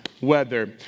weather